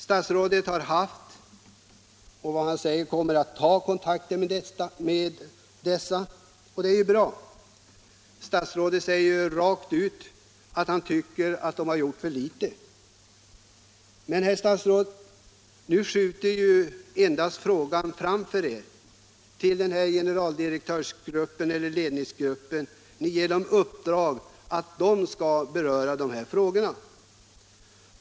Statsrådet har haft och kommer att ta kontakter med dessa. Det är bra. Statsrådet säger rakt ut att han tycker att de har gjort för litet. Men, herr statsråd, nu skjuter ni ju frågan framför er, till den här ledningsgruppen, som ni ger i uppdrag att utreda dessa frågor.